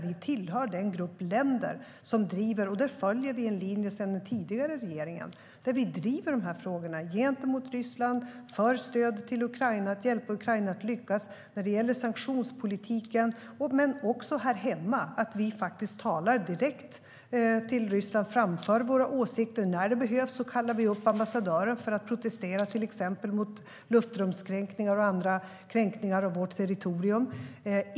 Vi tillhör den grupp länder som driver den. Vi följer linjen från den tidigare regeringen och driver de här frågorna gentemot Ryssland för att ge stöd till Ukraina, hjälpa Ukraina att lyckas, när det gäller sanktionspolitiken. Men vi driver dem också här hemma genom att vi talar direkt till Ryssland och framför våra åsikter. När det behövs kallar vi upp ambassadören för att protestera, till exempel mot luftrumskränkningar och andra kränkningar av vårt territorium.